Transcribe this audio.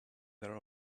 there